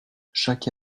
chaque